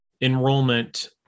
enrollment